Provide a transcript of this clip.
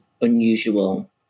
unusual